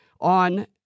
on